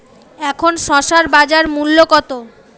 এখন শসার বাজার মূল্য কত?